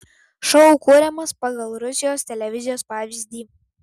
šou kuriamas pagal rusijos televizijos pavyzdį